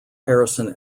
harrison